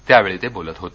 त्यावेळी ते बोलत होते